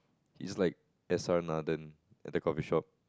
he's just like S_R-Nathan at the coffee shop